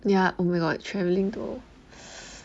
ya oh my god you traveling two ho~